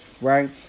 right